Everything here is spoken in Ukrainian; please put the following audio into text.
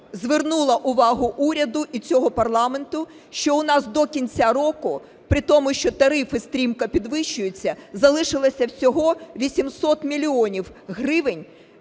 звернула увагу уряду і цього парламенту, що в нас до кінця року, притому, що тарифи стрімко підвищуються, залишилося всього 800 мільйонів гривень